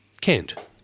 Kent